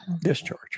discharge